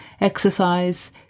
exercise